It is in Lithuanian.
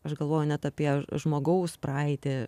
aš galvojau net apie žmogaus praeitį